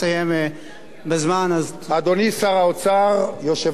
אדוני שר האוצר, יושב-ראש ועדת הכספים, חברי,